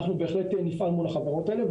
אנחנו בהחלט נפעל מול החברות האלה,